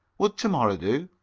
would tomorrow do,